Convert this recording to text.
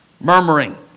Murmuring